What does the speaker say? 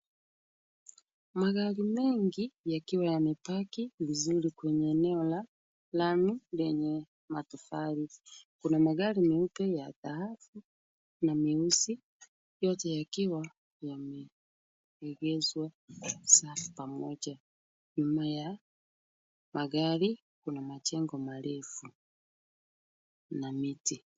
Magari mengi yakiwa yamepaki vizuri kwenye eneo la lami lenye matofali kuna magari meupe ya dhahabu na meusi yote yakiwa yameekeshwa safi pamoja nyuma ya magari Kuna machengo marefu na miti